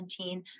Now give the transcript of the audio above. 2017